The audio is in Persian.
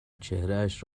چهرهاش